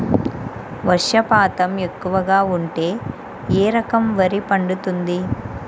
వర్షపాతం ఎక్కువగా ఉంటే ఏ రకం వరి పండుతుంది?